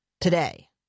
today